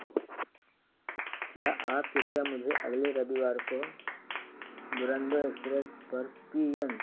क्या आप कृपया मुझे अगले रविवार को धुरंधर एक्सप्रेस पर कियम